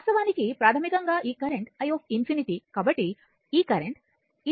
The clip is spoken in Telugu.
వాస్తవానికి ప్రాథమికంగా ఈ కరెంట్ i ∞ కాబట్టి ఈ కరెంట్ ఇది వాస్తవానికి i∞ i